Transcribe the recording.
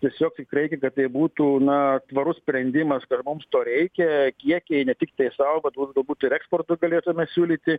tiesiog tik reikia kad tai būtų na tvarus sprendimas mums to reikia kiekiai ne tiktai sau bet tuos galbūt ir eksportui galėtume siūlyti